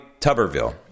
Tuberville